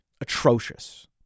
Atrocious